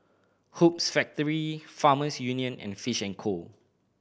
Hoops Factory Farmers Union and Fish and Co